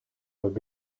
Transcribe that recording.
would